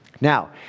Now